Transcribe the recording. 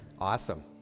Awesome